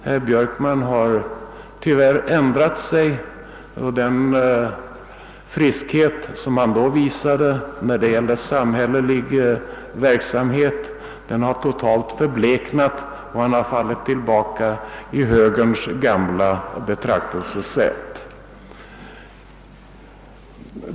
Herr Björkman har ändrat sig, och den friskhet som han visade när det gällde samhällelig verksamhet har totalt förbleknat. Han har fallit tillbaka i högerns gamla betraktelsesätt.